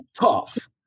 tough